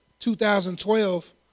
2012